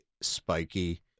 spiky